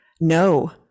no